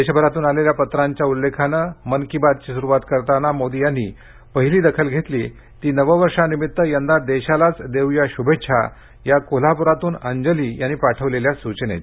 देशभरातून आलेल्या पत्रांच्या उल्लेखानं आजच्या मन की बात ची सुरूवात करताना पंतप्रधान नरेंद्र मोदी यांनी पहिली दखल घेतली ती नववर्षा निमित्त यंदा देशालाच देऊ या श्भेच्छा या कोल्हापु्रातून अंजली यांनी पाठवलेल्या सूचनेची